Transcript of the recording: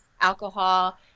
alcohol